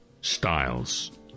Styles